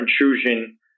intrusion